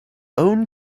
own